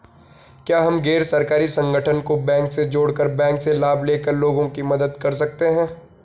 क्या हम गैर सरकारी संगठन को बैंक से जोड़ कर बैंक से लाभ ले कर लोगों की मदद कर सकते हैं?